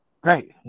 great